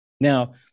Now